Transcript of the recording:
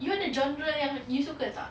you want a genre yang you suka tak